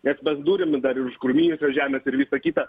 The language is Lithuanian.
nes mes durime dar ir užkirmyjusios žemės ir visa kita